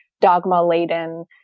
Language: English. dogma-laden